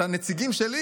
את הנציגים שלי